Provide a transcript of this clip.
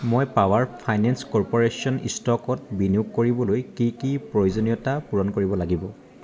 মই power finance corporation ষ্টকত বিনিয়োগ কৰিবলৈ কি কি প্ৰয়োজনীয়তা পূৰণ কৰিব লাগিব